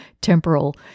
temporal